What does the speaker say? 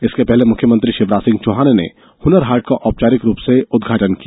इसके पहले मुख्यमंत्री शिवराज सिंह चौहान ने हनर हाट का औपचारिक रूप से उदघाटन किया